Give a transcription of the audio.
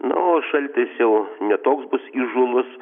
na o šaltis jau ne toks bus įžūlus